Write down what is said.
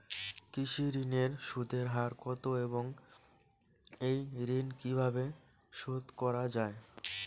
কৃষি ঋণের সুদের হার কত এবং এই ঋণ কীভাবে শোধ করা য়ায়?